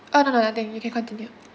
oh no no no nothing you can continue